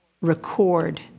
record